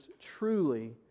truly